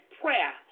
prayer